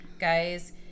guys